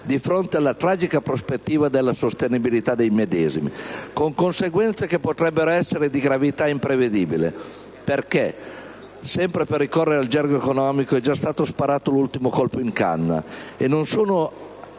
di fronte alla tragica prospettiva della sostenibilità dei medesimi, con conseguenze che potrebbero essere di una gravita imprevedibile, perché, sempre per ricorrere al gergo economico, è già stato sparato l'ultimo colpo in canna